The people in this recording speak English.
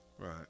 Right